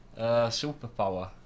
Superpower